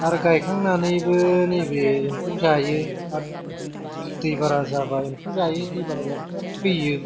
आरो गायखांनानैबो नैबे एमफौ जायो आर दै बारा जाबा एमफौ जायो दै बारा जाबा थैयो